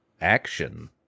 action